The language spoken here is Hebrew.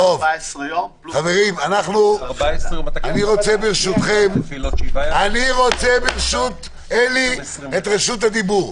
חברים, ברשותכם, אני רוצה את רשות הדיבור.